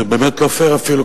זה באמת לא פייר אפילו,